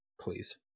please